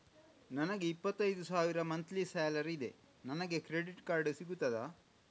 ನನಗೆ ಇಪ್ಪತ್ತೈದು ಸಾವಿರ ಮಂತ್ಲಿ ಸಾಲರಿ ಇದೆ, ನನಗೆ ಕ್ರೆಡಿಟ್ ಕಾರ್ಡ್ ಸಿಗುತ್ತದಾ?